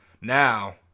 Now